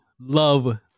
love